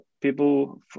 people